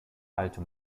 alte